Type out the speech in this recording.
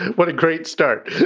what a great start.